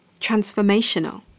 transformational